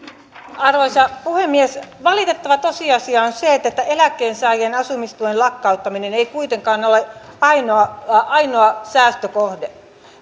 arvoisa puhemies valitettava tosiasia on se että eläkkeensaajien asumistuen lakkauttaminen ei kuitenkaan ole ainoa ainoa säästökohde